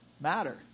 matter